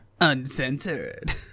uncensored